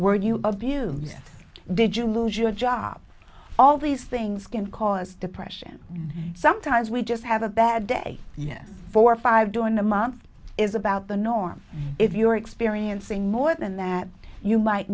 were you abuse did you lose your job all these things can cause depression sometimes we just have a bad day yes four five do in a month is about the norm if you are experiencing more than that you might